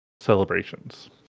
celebrations